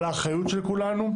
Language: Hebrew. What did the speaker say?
על האחריות של כולנו.